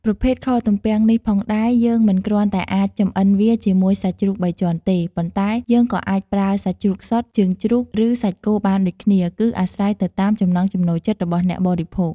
ប្រភេទខទំពាំងនេះផងដែរ យើងមិនគ្រាន់តែអាចចម្អិនវាជាមួយសាច់ជ្រូកបីជាន់ទេ ប៉ុន្តែយើងក៏អាចប្រើសាច់ជ្រូកសុទ្ធ ជើងជ្រូក ឬ សាច់គោបានដូចគ្នា គឺអាស្រ័យទៅតាមចំណង់ចំណូលចិត្តរបស់អ្នកបរិភោគ។